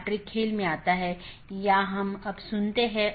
जैसा कि हमने देखा कि रीचैबिलिटी informations मुख्य रूप से रूटिंग जानकारी है